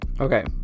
Okay